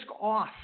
off